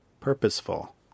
purposeful